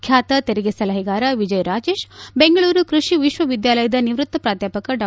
ಖ್ಯಾತ ತೆರಿಗೆ ಸಲಹೆಗಾರ ವಿಜಯ್ ರಾಜೇಶ್ ಬೆಂಗಳೂರು ಕೃಷಿ ವಿಶ್ವವಿದ್ಯಾಲದಯ ನಿವೃತ್ತ ಪ್ರಾಧ್ವಾಪಕ ಡಾ